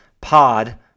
pod